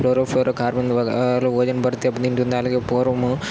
క్లోరోఫోర్ carbon వల్ల ozone పొర దెబ్బతింటుంది అలాగే పూర్వము